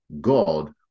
God